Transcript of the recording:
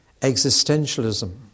Existentialism